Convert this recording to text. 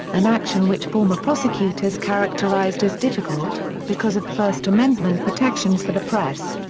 an action which former prosecutors characterised as difficult because of first amendment protections for the press.